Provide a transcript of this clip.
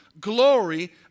glory